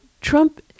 Trump